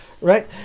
right